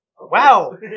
Wow